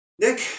Nick